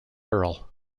earl